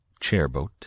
Chairboat